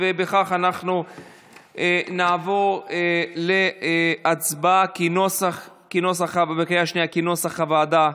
בכך אנחנו נעבור להצבעה כנוסח הוועדה,